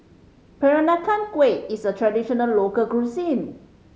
Peranakan Kueh is a traditional local cuisine